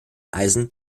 eisen